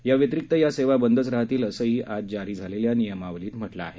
याव्यतिरिक्त या सेवा बंदच राहतील असंही आज जारी झालेल्या नियमावलीत म्हटलं आहे